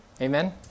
Amen